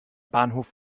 bahnhof